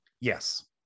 Yes